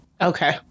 Okay